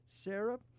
Sarah